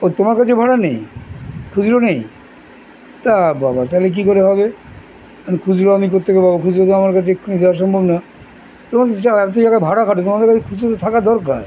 ও তোমার কাছে ভাড়া নেই খুচরো নেই তা বাবা তালে কী করে হবে খুজরো আমি করতে গেবো খুচরো তো আমার কাছে এক্ষুনি দেওয়ার সম্ভব না তোমাদের জায়গায় ভাড়া খাটো তোমাদের কাছে খুচরো তো থাকা দরকার